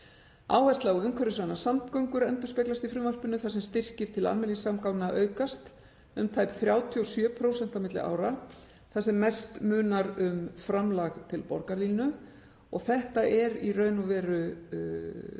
Áhersla á umhverfisvænar samgöngur endurspeglast í frumvarpinu þar sem styrkir til almenningssamgangna aukast um tæp 37% á milli ára þar sem mest munar um framlag til borgarlínu. Þetta er í raun og veru